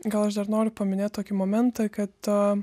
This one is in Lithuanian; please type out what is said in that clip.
gal aš dar noriu paminėt tokį momentą kad a